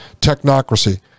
technocracy